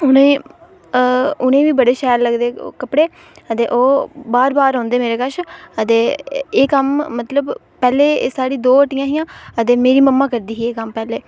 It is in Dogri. उ'नें उ'नेंगी बी बड़े शैल लगदे कपड़े दे ओह् बार बार आंदे मेरे कश अदे एह् कम्म मतलब पैह्ले एह् साढ़ी दो हट्टियां हियां अदे मेरी मम्मा करदी ही एह् कम्म पैह्लें